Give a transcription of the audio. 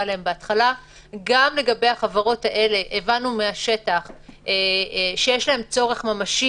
גם לגבי החברות האלו הבנו מהשטח שיש צורך ממשי